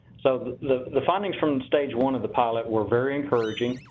so the the findings from stage one of the pilot were very encouraging.